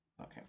Okay